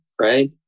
Right